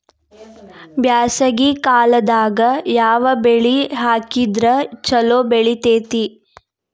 ಬ್ಯಾಸಗಿ ಕಾಲದಾಗ ಯಾವ ಬೆಳಿ ಹಾಕಿದ್ರ ಛಲೋ ಬೆಳಿತೇತಿ?